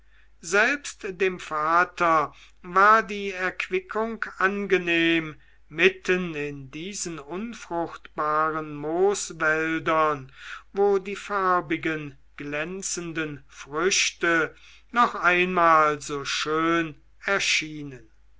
selbst dem vater war die erquickung angenehm mitten in diesen unfruchtbaren mooswäldern wo die farbigen glänzenden früchte noch einmal so schön erschienen